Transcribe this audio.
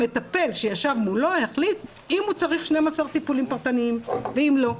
המטפל שישב מולו החליט אם הוא צריך 12 טיפולים פרטניים ואם לא.